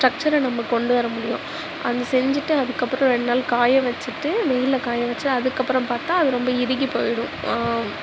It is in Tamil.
ஸ்ட்ரக்ச்சரை நம்ம கொண்டு வர முடியும் அது செஞ்சுட்டு அதுக்கப்புறோம் ரெண்டு நாள் காய வச்சுட்டு வெயிலில் காய வச்சு அதுக்கப்புறோம் பார்த்தா அது ரொம்ப இறுகி போயிடும்